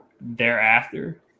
thereafter